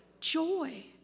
joy